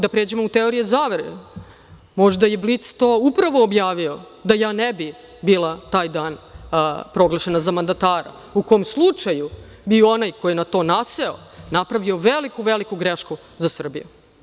Da pređemo u teorije zavere, možda je Blic to upravo objavio da ja ne bih bila taj dan proglašena za mandatara, u kom slučaju bi onaj koji je na to naseo napravio veliku, veliku grešku za Srbiju.